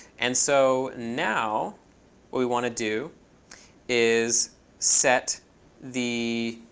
and so now what we want to do is set the